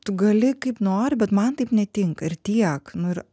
tu gali kaip nori bet man taip netinka ir tiek nu ir